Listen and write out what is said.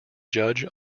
judge